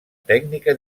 tècnica